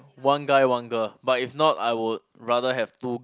one guy one girl but if not I would rather have two